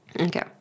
Okay